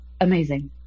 amazing